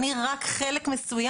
אני רק חלק מסוים.